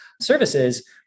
services